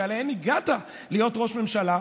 שעליהן הגעת להיות ראש ממשלה,